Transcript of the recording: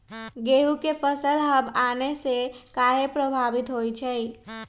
गेंहू के फसल हव आने से काहे पभवित होई छई?